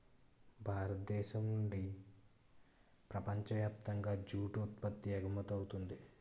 భారతదేశం నుండి ప్రపంచ వ్యాప్తంగా జూటు ఉత్పత్తి ఎగుమవుతుంది